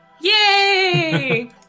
Yay